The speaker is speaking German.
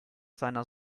seiner